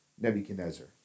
Nebuchadnezzar